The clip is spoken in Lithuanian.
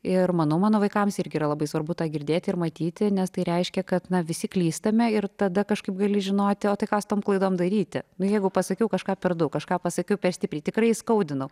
ir manau mano vaikams irgi yra labai svarbu tą girdėti ir matyti nes tai reiškia kad na visi klystame ir tada kažkaip gali žinoti o tai ką su tom klaidom daryti nu jeigu pasakiau kažką per daug kažką pasakiau per stipriai tikrai įskaudinau